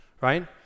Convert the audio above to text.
right